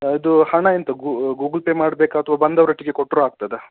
ಅದು ಹಣ ಎಂತ ಗೂಗುಲ್ಪೇ ಮಾಡಬೇಕ ಅಥವಾ ಬಂದವರೊಟ್ಟಿಗೆ ಕೊಟ್ಟರೂ ಆಗ್ತದಾ